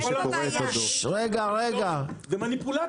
מי שקורא את הדוח --- זה מניפולציה.